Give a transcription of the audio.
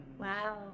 wow